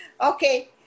Okay